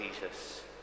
Jesus